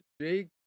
Jake